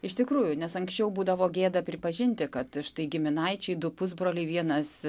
iš tikrųjų nes anksčiau būdavo gėda pripažinti kad štai giminaičiai du pusbroliai vienas